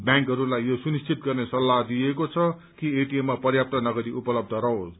व्यांकहरूलाई यो सुनिश्चित गर्ने सल्ताह दिइएको छ कि एटीएममा पर्याप्त नगदी उपलब्ध रहोस्